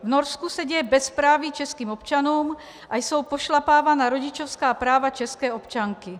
V Norsku se děje bezpráví českým občanům a jsou pošlapávána rodičovská práva české občanky.